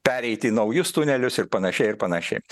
pereit į naujus tunelius ir panašiai ir panašiai